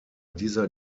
dieser